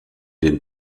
den